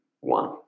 one